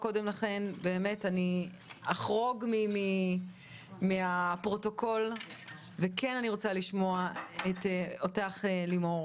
אחרוג מן הפרוטוקול ואני רוצה לשמוע את לימור